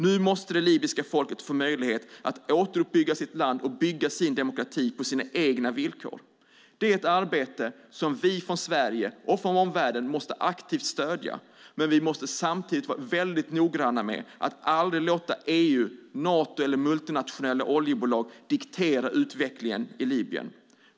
Nu måste det libyska folket få möjlighet att återuppbygga sitt land och bygga sin demokrati på sina egna villkor. Det är ett arbete som vi från Sverige och omvärlden aktivt måste stödja. Men vi måste samtidigt vara noggranna med att aldrig låta EU, Nato eller multinationella oljebolag diktera utvecklingen i Libyen.